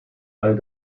all